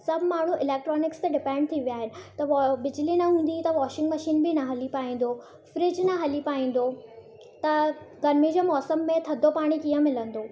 सभु माण्हू इलेक्ट्रॉनिक्स ते डिपेंड थी विया आहिनि त वो बिजली न हूंदी त वॉशिंग मशीन बि न हली पाईंदो फ्रिज न हली पाईंदो त गरमी जे मौसम में थधो पाणी कीअं मिलंदो